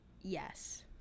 Yes